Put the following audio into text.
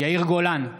יאיר גולן,